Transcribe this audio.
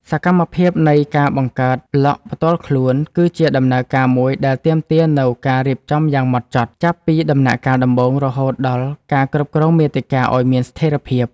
សកម្មភាពនៃការបង្កើតប្លក់ផ្ទាល់ខ្លួន គឺជាដំណើរការមួយដែលទាមទារនូវការរៀបចំយ៉ាងហ្មត់ចត់ ចាប់ពីដំណាក់កាលដំបូងរហូតដល់ការគ្រប់គ្រងមាតិកាឱ្យមានស្ថេរភាព។